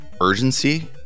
urgency